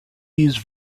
use